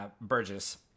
Burgess